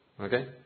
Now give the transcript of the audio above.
Okay